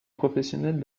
professionnelle